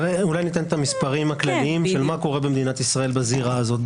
אולי ניתן את המספרים הכלליים לגבי מה קורה במדינת ישראל בזירה הזאת,